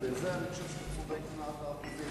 ובזה אני חושב שאתה צודק במאת האחוזים.